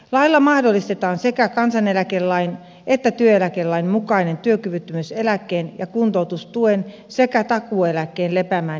lailla mahdollistetaan sekä kansaneläkelain että työeläkelain mukainen työkyvyttömyyseläkkeen ja kuntoutustuen sekä takuueläkkeen lepäämään jättäminen